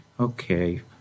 Okay